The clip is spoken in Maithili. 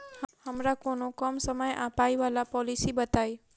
हमरा कोनो कम समय आ पाई वला पोलिसी बताई?